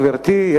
גברתי.